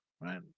Right